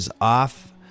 off